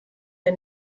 der